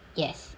yes